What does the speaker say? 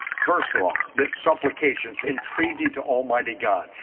first of all, that supplications entreaty to almighty god,